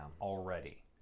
already